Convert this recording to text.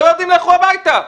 לא יודעים לכו הביתה.